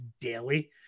daily